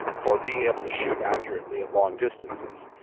for being able to shoot accurately at long distances.